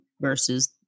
versus